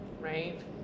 right